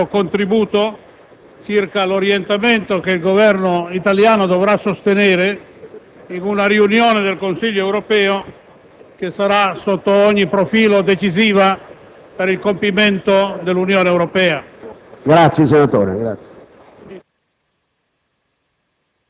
in modo da dare il proprio contributo circa l'orientamento che il Governo italiano dovrà assumere in una riunione del Consiglio europeo che sarà, sotto ogni profilo, decisiva per il compimento dell'Unione Europea.